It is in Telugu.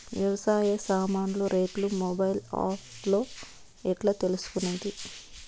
వ్యవసాయ సామాన్లు రేట్లు మొబైల్ ఆప్ లో ఎట్లా తెలుసుకునేది?